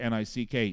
Nick